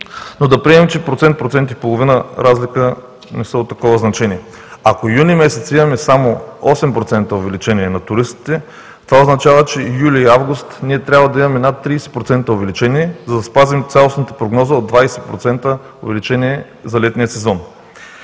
Да приемем че 1-1,5% разлика не са от такова значение. Ако юни месец имаме само 8% увеличение на туристите, това означава, че юли и август трябва да имаме над 30% увеличение, за да спазим цялостната прогноза от 20% увеличение за летния сезон.